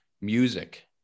music